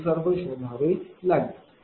हे सर्व शोधावे लागेल